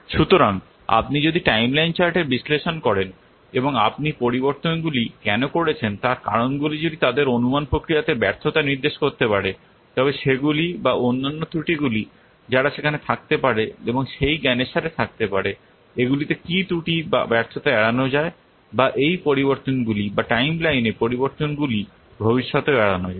সুতরাং আপনি যদি টাইমলাইন চার্টের বিশ্লেষণ করেন এবং আপনি পরিবর্তনগুলি কেন করেছেন তার কারণগুলি যদি তাদের অনুমান প্রক্রিয়াতে ব্যর্থতা নির্দেশ করতে পারে তবে সেগুলি বা অন্য ত্রুটিগুলি যারা সেখানে থাকতে পারে এবং সেই জ্ঞানের সাথে থাকতে পারে এগুলিতে কি ত্রুটি বা ব্যর্থতা এড়ানো যায় বা এই পরিবর্তনগুলি বা টাইমলাইনে পরিবর্তনগুলি ভবিষ্যতেও এড়ানো যায়